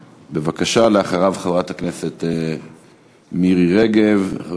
2319, 2335, 2354